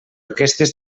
aquestes